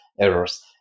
errors